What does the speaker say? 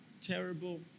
terrible